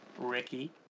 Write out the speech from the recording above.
ricky